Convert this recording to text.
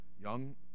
young